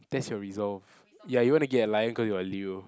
that's your resolve ya you wanna get a lion cause you're Leo